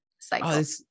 cycle